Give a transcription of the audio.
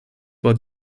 were